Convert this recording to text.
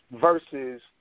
versus